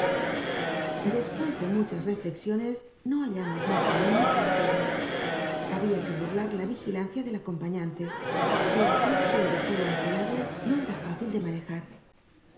después de muchas reflexiones no hallamos más camino que la fuga había que burlar la vigi lancia del acompañante que aun siendo sólo un criado no era fácil de manejar